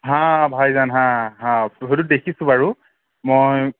হাঁ ভাইজান হাঁ হাঁ সেইটো দেখিছোঁ বাৰু মই